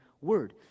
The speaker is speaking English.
word